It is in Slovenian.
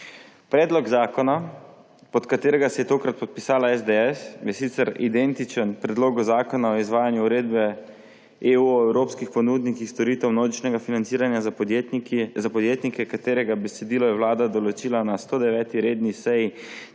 Predlog zakona, pod katerega se je tokrat podpisala SDS, je sicer identičen Predlogu zakona o izvajanju uredbe (EU) o evropskih ponudnikih storitev množičnega financiranja za podjetnike, katerega besedilo je Vlada določila na 109. redni seji